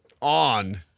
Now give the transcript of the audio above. on